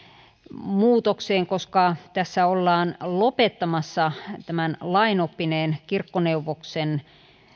muutokseen koska tässä ollaan lopettamassa lainoppineen kirkkoneuvoksen